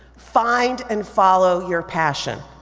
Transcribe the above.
find and follow your passion.